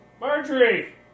Marjorie